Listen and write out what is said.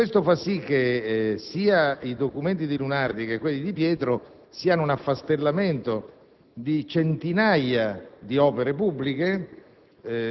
Questo fa sì che sia i documenti di Lunardi sia quelli di Di Pietro siano un affastellamento di centinaia di opere pubbliche: